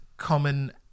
common